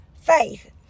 faith